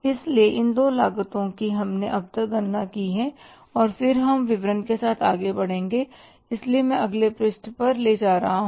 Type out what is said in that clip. इसलिए इन दो लागतों की हमने अब तक गणना की है और फिर हम विवरण के साथ आगे बढ़ेंगे इसलिए मैं अगले पृष्ठ पर ले जा रहा हूं